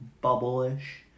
bubble-ish